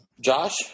Josh